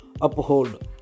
Uphold